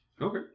Okay